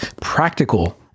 practical